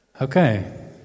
Okay